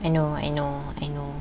I know I know I know